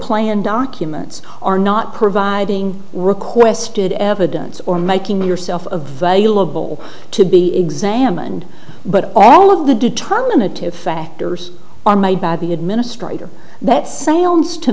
plan documents are not providing requested evidence or making yourself available to be examined but all of the determinative factors are made by the administrator that sounds to